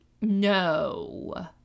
No